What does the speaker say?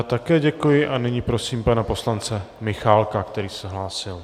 Také děkuji a nyní prosím poslance Michálka, který se hlásil.